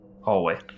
hallway